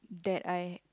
that I